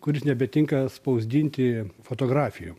kuris nebetinka spausdinti fotografijom